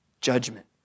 judgment